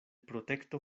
protekto